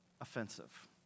offensive